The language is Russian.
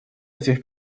этих